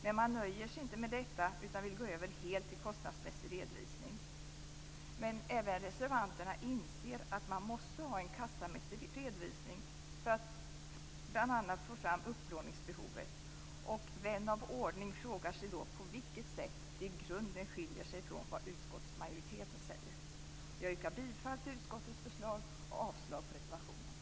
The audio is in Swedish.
Men man nöjer sig inte med detta utan vill gå över helt till kostnadsmässig redovisning. Men även reservanterna inser att man måste ha en kassamässig redovisning för att bl.a. få fram upplåningsbehovet, och vän av ordning frågar sig då på vilket sätt deras uppfattning i grunden skiljer sig från vad utskottsmajoriteten säger. Jag yrkar bifall till utskottets förslag och avslag på reservationen.